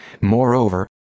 Moreover